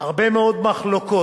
הרבה מאוד מחלוקות